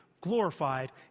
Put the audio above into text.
glorified